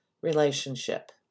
relationship